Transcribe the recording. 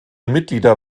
mitglieder